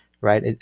right